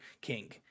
King